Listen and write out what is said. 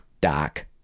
Doc